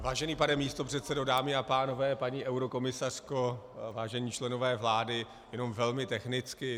Vážený pane místopředsedo, dámy a pánové, paní eurokomisařko, vážení členové vlády, jenom velmi technicky.